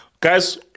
Guys